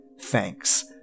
Thanks